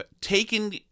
taken